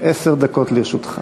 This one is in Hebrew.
עשר דקות לרשותך.